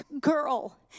girl